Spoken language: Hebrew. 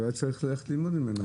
אז אולי צריך ללכת ללמוד ממנו.